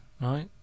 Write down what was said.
right